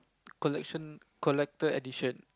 collection collected edition